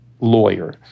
lawyer